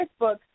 Facebook